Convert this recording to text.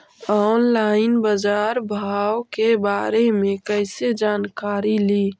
Online बाजार भाव के बारे मे कैसे जानकारी ली?